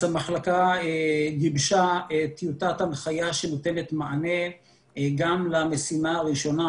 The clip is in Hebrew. אז המחלקה גיבשה את טיוטת ההנחיה שנותנת מענה גם למשימה הראשונה,